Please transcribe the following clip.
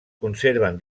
conserven